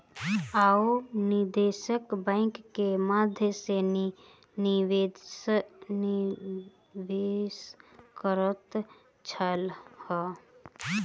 ओ निवेशक बैंक के माध्यम सॅ निवेश करैत छलाह